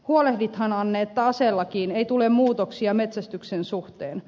huolehdithan anne että aselakiin ei tule muutoksia metsästyksen suhteen